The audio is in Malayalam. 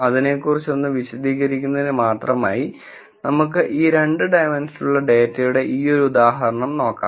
അതിനെക്കുറിച്ച് ഒന്ന് വിശദീകരിക്കുന്നതിന് മാത്രമായി നമുക്ക് ഈ 2 ഡൈമൻഷനുള്ള ഡാറ്റയുടെ ഈയൊരു ഉദാഹരണം എടുക്കാം